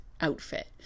outfit